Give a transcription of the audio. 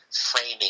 framing